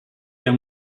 der